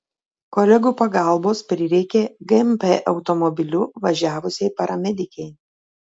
kolegų pagalbos prireikė gmp automobiliu važiavusiai paramedikei